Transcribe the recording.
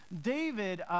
David